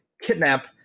Kidnap